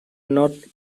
not